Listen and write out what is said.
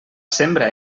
sembra